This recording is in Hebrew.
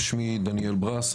שמי דניאל ברס,